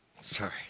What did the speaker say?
sorry